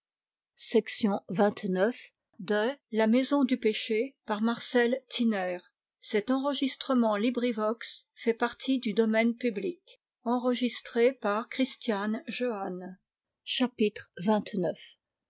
à la maison du péché